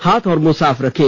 हाथ और मुंह साफ रखें